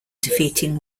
defeating